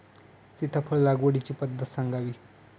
सीताफळ लागवडीची पद्धत सांगावी?